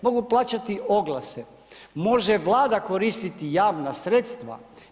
Mogu plaćati oglase, može Vlada koristiti javna sredstva.